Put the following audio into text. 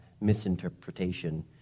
misinterpretation